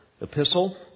epistle